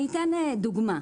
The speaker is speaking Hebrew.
אתן דוגמה.